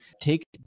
Take